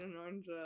orange